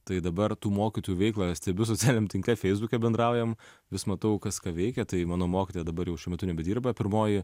tai dabar tų mokytojų veiklą stebiu socialiniam tinkle feisbuke bendraujam vis matau kas ką veikia tai mano mokytoja dabar jau šiuo metu nebedirba pirmoji